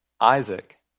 Isaac